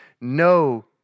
no